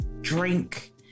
drink